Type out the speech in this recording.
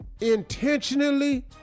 intentionally